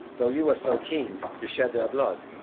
though you are so keen to shed their blood,